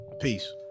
peace